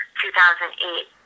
2008